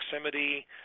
proximity